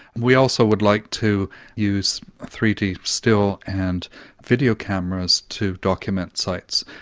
we also would like to use three d still and video cameras to document sites,